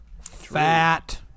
Fat